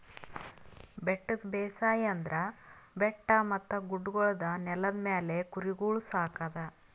ಬೆಟ್ಟದ ಬೇಸಾಯ ಅಂದುರ್ ಬೆಟ್ಟ ಮತ್ತ ಗುಡ್ಡಗೊಳ್ದ ನೆಲದ ಮ್ಯಾಲ್ ಕುರಿಗೊಳ್ ಸಾಕದ್